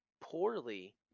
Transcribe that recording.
poorly